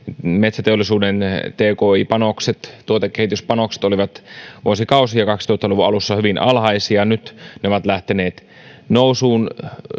metsäteollisuuden tki panokset tuotekehityspanokset olivat vuosikausia kaksituhatta luvun alussa hyvin alhaisia nyt ne ovat lähteneet nousuun